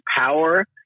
power